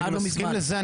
אני מסכים לזה,